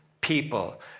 people